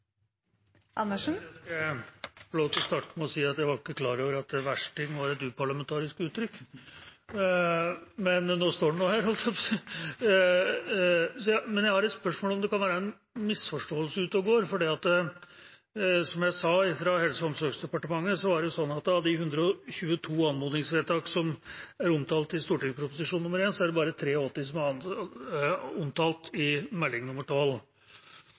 skal få lov til å starte med å si at jeg var ikke klar over at «versting» var et uparlamentarisk uttrykk, men nå står en nå her, holdt jeg på å si. Men jeg har et spørsmål om det kan være en misforståelse ute og går. Som jeg sa, var det for Helse- og omsorgsdepartementet sånn at av de 122 anmodningsvedtak som er omtalt i Prop. 1 S for 2019–2020, er det bare 83 som er omtalt i